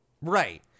Right